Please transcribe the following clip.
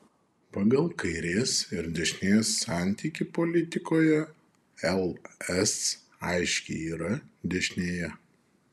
pagal kairės ir dešinės santykį politikoje ls aiškiai yra dešinėje